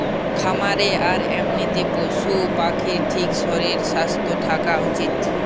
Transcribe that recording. খামারে আর এমনিতে পশু পাখির ঠিক শরীর স্বাস্থ্য থাকা উচিত